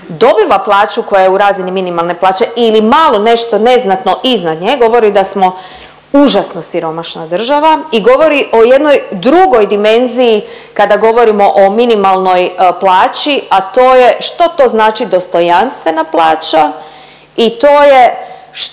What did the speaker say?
dobiva plaću koja je u razini minimalne plaće ili malo nešto neznatno iznad nje, govori da smo užasno siromašna država i govori o jednoj drugoj dimenziji kada govorimo o minimalnoj plaći, a to je što to znači dostojanstvena plaća i to je što